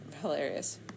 hilarious